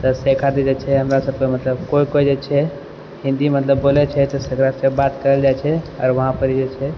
अइ सबके खातिर जाइ छियै हमरा सबके मतलब कोइ कोइ जे छै हिन्दी मतलब बोलै छै तकरासँ फेर बात करल जाइ छै आओरर वहाँपर जे छै